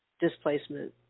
Displacement